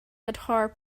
guitar